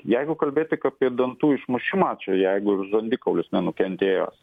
jeigu kalbėt tik apie dantų išmušimą čia jeigu žandikaulis nenukentėjęs